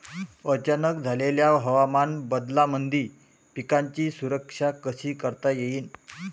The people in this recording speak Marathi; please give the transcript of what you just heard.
अचानक झालेल्या हवामान बदलामंदी पिकाची सुरक्षा कशी करता येईन?